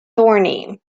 thorny